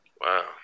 Wow